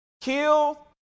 Kill